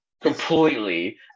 completely